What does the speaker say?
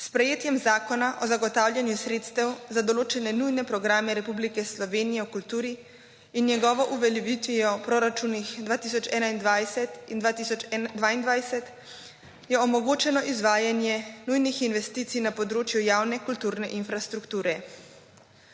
S sprejetjem Zakona o zagotavljanju sredstev za določene nujne programe Republike Slovenije v kulturi in njegovo uveljavitvijo proračunih 2021 in 2022 je omogočeno izvajanje nujnih investicij na področju javne kulturne infrastrukture.